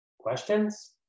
questions